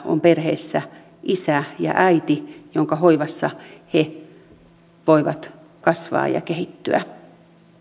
on perheessä isä ja äiti jonka hoivassa he voivat kasvaa ja kehittyä